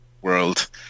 world